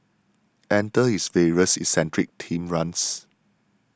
enter his various eccentric themed runs